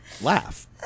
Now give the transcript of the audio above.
laugh